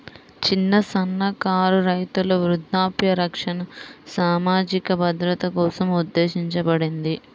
చిన్న, సన్నకారు రైతుల వృద్ధాప్య రక్షణ సామాజిక భద్రత కోసం ఉద్దేశించబడింది